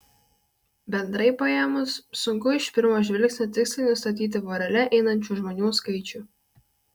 bendrai paėmus sunku iš pirmo žvilgsnio tiksliai nustatyti vorele einančių žmonių skaičių